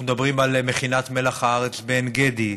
אנחנו מדברים על מכינת מלח הארץ בעין גדי,